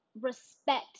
respect